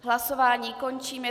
Hlasování končím.